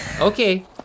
Okay